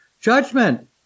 Judgment